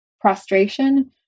prostration